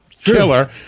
chiller